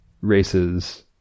races